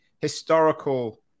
historical